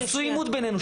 עשו עימות בינינו,